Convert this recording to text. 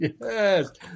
Yes